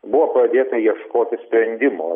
buvo pradėta ieškoti sprendimo